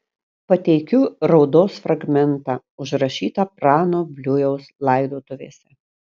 pateikiu raudos fragmentą užrašytą prano bliujaus laidotuvėse